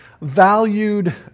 valued